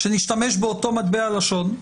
התשפ"א-2021,